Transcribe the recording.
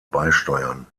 beisteuern